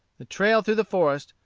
the trail through the forest,